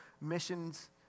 missions